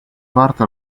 parte